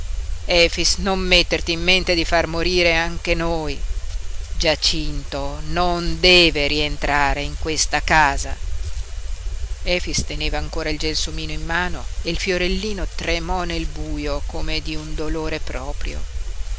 efix non metterti in mente di far morire anche noi giacinto non deve rientrare in questa casa efix teneva ancora il gelsomino in mano e il fiorellino tremò nel buio come di un dolore proprio